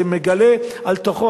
זה מגלה על תוכו.